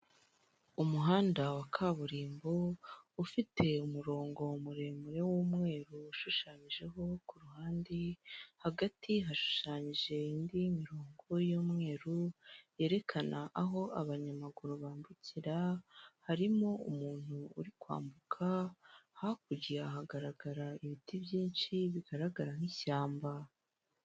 Umuhanda wa kaburimbo, ufite umurongo muremure w'umweru ushushanyijeho kuruhande, hagati hashushanyije indirongo y'umweru, yerekana aho abanyamaguru bambukira, harimo umuntu uri kwambuka hakurya ahagaragara ibiti byinshi bigaragara nk'ishyamba.